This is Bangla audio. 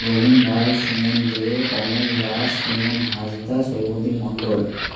রহিম রায় সুমন দে কমল দাস সুমন হাঁসদা সৈফুদ্দিন মণ্ডল